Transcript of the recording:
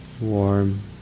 warm